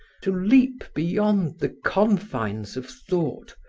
to leap beyond the confines of thought,